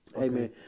Amen